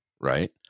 right